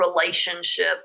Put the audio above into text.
relationship